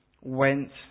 went